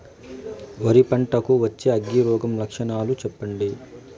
వరి పంట కు వచ్చే అగ్గి రోగం లక్షణాలు చెప్పండి?